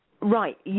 Right